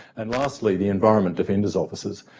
and lastly the environment defenders offices.